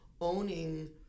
owning